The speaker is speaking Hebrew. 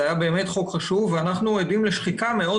זה היה באמת חוק חשוב ואנחנו עדים לשחיקה מאוד